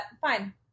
fine